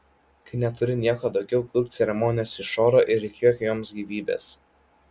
kai neturi nieko daugiau kurk ceremonijas iš oro ir įkvėpk joms gyvybės